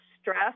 stress